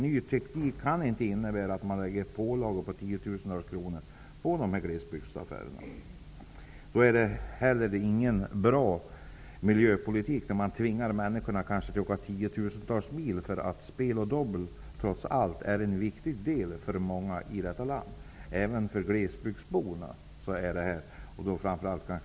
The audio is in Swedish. Ny teknik kan inte få innebära pålagor på tiotusentals kronor på glesbygdsbutikerna. Det är inte heller någon bra miljöpolitik att tvinga människor att åka kanske tiotusentals mil. Spel och dobbel -- och därmed framför allt Tipstjänsts verksamhet -- är trots allt viktigt för många människor i detta land, även för glesbygdsborna.